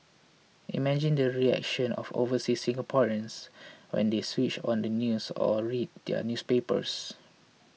imagine the reactions of overseas Singaporeans when they switched on the news or read their newspapers